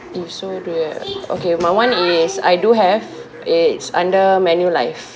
if so do uh okay my [one] is I do have it's under Manulife